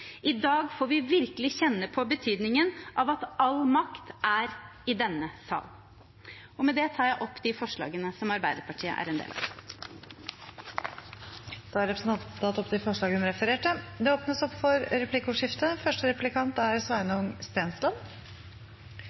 I dag får vi virkelig kjenne på betydningen av at all makt er i denne sal. Med det tar jeg opp de forslagene som Arbeiderpartiet er en del av. Representanten Tuva Moflag har tatt opp de forslagene hun refererte til. Det blir replikkordskifte. Jeg skal ikke rette kritikk mot prosessen, men det er